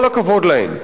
כל הכבוד להן.